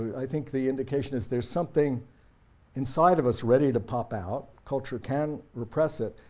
i think the indication is there's something inside of us ready to pop out. culture can repress it,